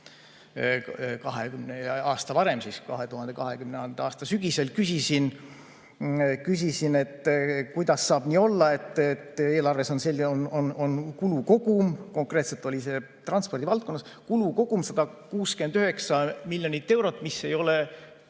aasta varem, 2020. aasta sügisel –, et kuidas saab nii olla, et eelarves on kulu kogum – konkreetselt oli see transpordivaldkonnas – 169 miljonit eurot, mis ei ole